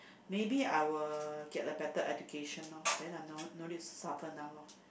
maybe I will get a better education lor then I don't don't need suffer now lor